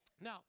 now